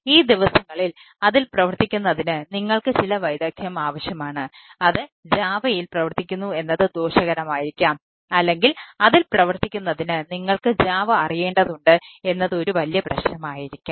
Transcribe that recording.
ഈ ദിവസങ്ങളിൽ അതിൽ പ്രവർത്തിക്കുന്നതിന് നിങ്ങൾക്ക് ചില വൈദഗ്ദ്ധ്യം ആവശ്യമാണ് അത് JAVAയിൽ പ്രവർത്തിക്കുന്നു എന്നത് ദോഷകരമായിരിക്കാം അല്ലെങ്കിൽ അതിൽ പ്രവർത്തിക്കുന്നതിന് നിങ്ങൾക്ക് JAVA അറിയേണ്ടതുണ്ട് എന്നത് ഒരു വലിയ പ്രശ്നമായിരിക്കില്ല